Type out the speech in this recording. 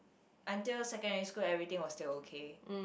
until secondary school everything was still okay